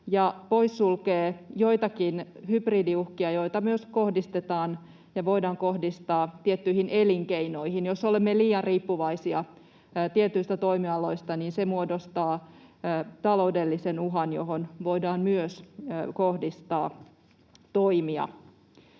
poissulkee joitakin hybridiuhkia, joita myös kohdistetaan ja voidaan kohdistaa tiettyihin elinkeinoihin. Jos olemme liian riippuvaisia tietyistä toimialoista, niin se muodostaa taloudellisen uhan, johon voidaan myös kohdistaa toimia.